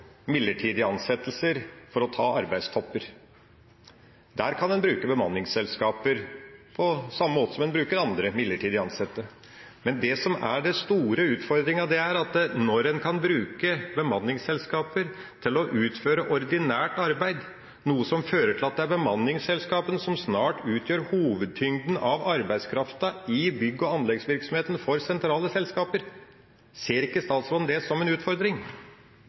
midlertidige ansettelser for å ta arbeidstopper. Der kan man bruke bemanningsselskaper på samme måte som man bruker andre midlertidig ansatte. Men det som er den store utfordringa, er at man kan bruke bemanningsselskaper til å utføre ordinært arbeid, noe som fører til at det er bemanningsselskapene som snart utgjør hovedtyngden av arbeidskrafta i bygg- og anleggsvirksomheten for sentrale selskaper. Ser ikke statsråden det som en utfordring?